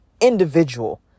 individual